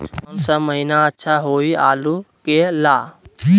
कौन सा महीना अच्छा होइ आलू के ला?